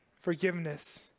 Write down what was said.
forgiveness